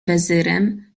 wezyrem